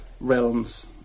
realms